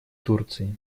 турции